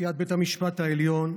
נשיאת בית המשפט העליון,